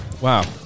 Wow